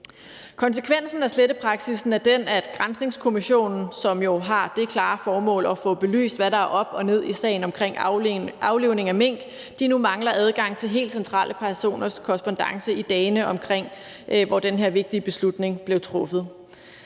Konsekvensen af slettepraksissen er den, at Granskningskommissionen, som jo har det klare formål at få belyst, hvad der er op og ned i sagen omkring aflivningen af mink, nu mangler adgang til helt centrale personers korrespondance i dagene omkring det tidspunkt, hvor den her vigtige beslutning blev truffet.